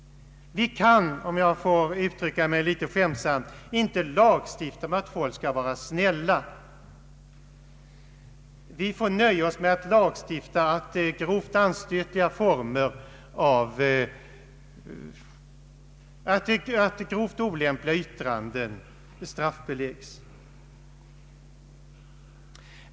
Vi kan, om jag får uttrycka mig litet skämtsamt, inte lagstifta om att människor skall vara snälla. Vi får nöja oss med en lagstiftning om att grovt olämpliga yttranden skall straffbeläggas.